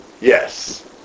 Yes